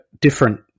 different